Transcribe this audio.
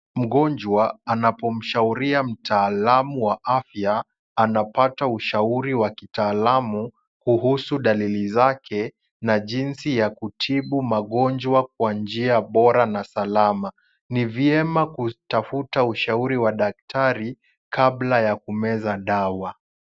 Mgonjwa anapomshauria mtaalam wa afya, anapata ushauri wa kitaalamu kuhusu dalili zake, na jinsi ya kutibu magonjwa kwa njia bora na salama. Ni vyema kutafuta ushauri wa daktari kabla ya kumeza dawa.